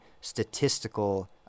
statistical